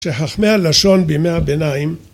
שחכמי הלשון בימי הביניים